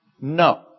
No